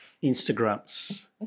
Instagram's